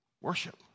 Worship